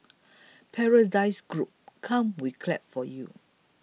Paradise Group come we clap for you